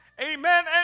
Amen